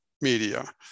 media